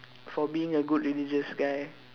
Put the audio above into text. for being a good religious guy